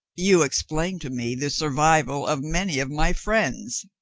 you explain to me the survival of many of my friends,